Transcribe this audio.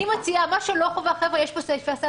אני מציעה: מה שלא חובה, חבר'ה, יש פה סעיפי סל.